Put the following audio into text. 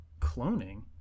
cloning